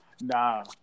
nah